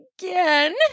again